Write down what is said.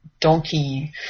donkey